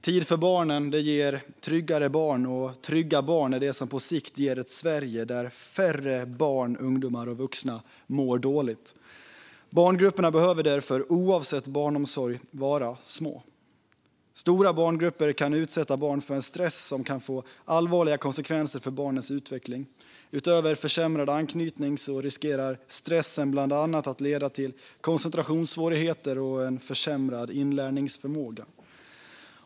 Tid för barnen ger tryggare barn, och trygga barn är det som på sikt ger ett Sverige där färre barn, ungdomar och vuxna mår dåligt. Barngrupperna behöver därför, oavsett barnomsorgsform, vara små. Stora barngrupper kan utsätta barn för en stress som kan få allvarliga konsekvenser för barnens utveckling. Utöver försämrad anknytning riskerar stressen bland annat att leda till koncentrationssvårigheter och försämrad inlärningsförmåga.